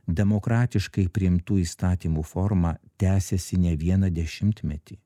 demokratiškai priimtų įstatymų forma tęsiasi ne vieną dešimtmetį